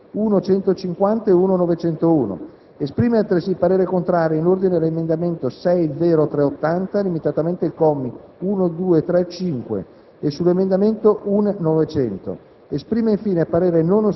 capoverso 8-*septies*). Esprime altresì parere contrario, ai sensi della medesima norma costituzionale, anche sugli emendamenti 2.501, 2.500, 3.500, 3.501, 4.0.500,